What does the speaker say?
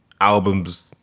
Albums